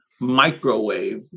microwave